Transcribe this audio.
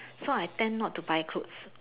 so I tend not to buy clothes